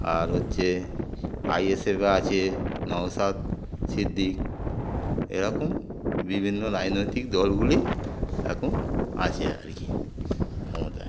আর হচ্ছে আই এস এফ আছে নওসাদ সিদ্দিকি এরকম বিভিন্ন রাজনৈতিক দলগুলি এখন আছে আর কি ক্ষমতায়